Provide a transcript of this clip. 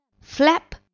flap